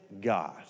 God